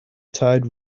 tide